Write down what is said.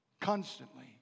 Constantly